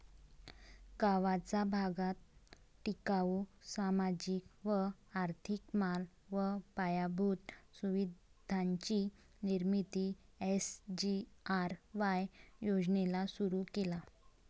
गगावाचा भागात टिकाऊ, सामाजिक व आर्थिक माल व पायाभूत सुविधांची निर्मिती एस.जी.आर.वाय योजनेला सुरु केला